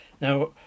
Now